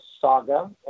saga